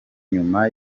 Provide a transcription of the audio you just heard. nyuma